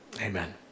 Amen